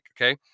okay